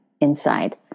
inside